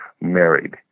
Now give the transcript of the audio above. married